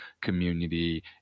community